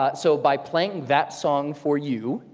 ah so, by playing that song for you,